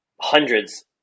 hundreds